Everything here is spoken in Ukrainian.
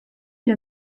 для